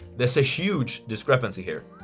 there's a huge discrepancy here!